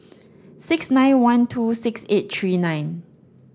six nine one two six eight three nine